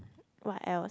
what else